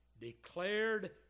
declared